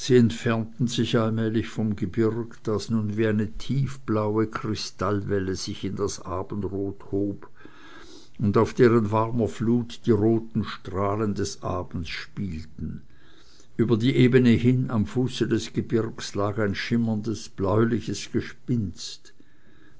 entfernten sich allmählich vom gebirg das nun wie eine tiefblaue kristallwelle sich in das abendrot hob und auf deren warmer flut die roten strahlen des abends spielten über die ebene hin am fuße des gebirgs lag ein schimmerndes bläuliches gespinst